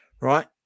right